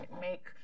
make